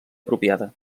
apropiada